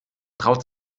traut